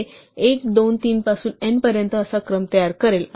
हे 1 2 3 पासून n पर्यंत असा क्रम तयार करेल